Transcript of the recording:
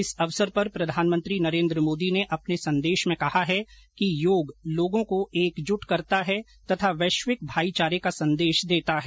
इस अवसर पर प्रधानमंत्री नरेन्द्र मोदी ने अपने संदेश में कहा है कि योग लोगों को एकजुट करता है तथा वैश्विक भाईचारे का संदेश देता है